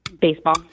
Baseball